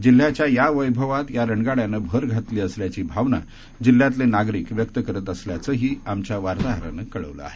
जिल्ह्याच्या या वैभवात या रणगाड्यानं भर घातली असल्याची भावना जिल्ह्यातले नागरिक व्यक्त करत असल्याचंही आमच्या वार्ताहरानं कळवलं आहे